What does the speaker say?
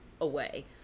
away